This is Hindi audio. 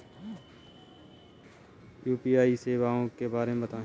यू.पी.आई सेवाओं के बारे में बताएँ?